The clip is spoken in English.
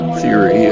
theory